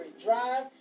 Drive